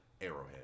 Arrowhead